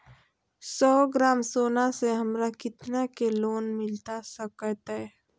सौ ग्राम सोना से हमरा कितना के लोन मिलता सकतैय?